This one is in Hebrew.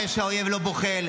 מראה שהאויב לא בוחל.